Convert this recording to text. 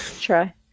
Try